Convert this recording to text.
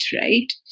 Right